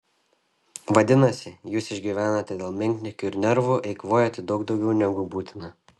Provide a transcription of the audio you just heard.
vadinasi jūs išgyvenate dėl menkniekių ir nervų eikvojate daug daugiau negu būtina